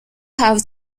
have